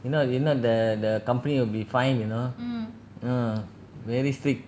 if not if not the the company will be fined you know a very strict mm very strict